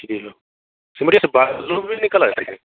ठीक है सिमरिया से बालू भी निकाला जाता